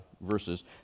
verses